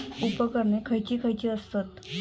उपकरणे खैयची खैयची आसत?